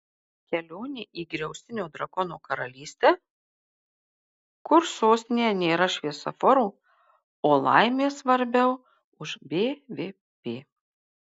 kelionė į griaustinio drakono karalystę kur sostinėje nėra šviesoforų o laimė svarbiau už bvp